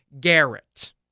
Garrett